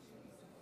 חמש דקות